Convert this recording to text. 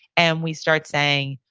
and we start saying,